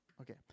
Okay